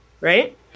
right